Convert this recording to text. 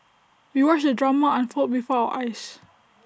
we watched the drama unfold before our eyes